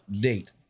date